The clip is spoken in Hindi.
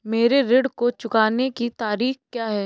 मेरे ऋण को चुकाने की तारीख़ क्या है?